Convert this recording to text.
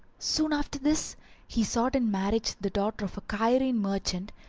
soon after this he sought in marriage the daughter of a cairene merchant,